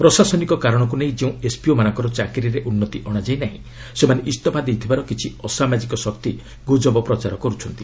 ପ୍ରଶାସନିକ କାରଣକୁ ନେଇ ଯେଉଁ ଏସ୍ପିଓମାନଙ୍କର ଚାକିରିରେ ଉନ୍ନତି ଅଣାଯାଇ ନାହିଁ ସେମାନେ ଇସ୍ତଫା ଦେଇଥିବାର କିଛି ଅସାମାଜିକ ଶକ୍ତି ଗୁଜବ ପ୍ରଚାର କରୁଛନ୍ତି